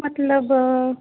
ਮਤਲਬ